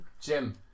Jim